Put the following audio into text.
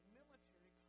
military